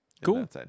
Cool